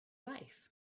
life